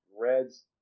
Reds